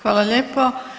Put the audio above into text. Hvala lijepo.